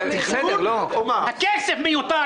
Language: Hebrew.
הכסף מיותר.